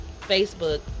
Facebook